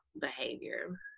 behavior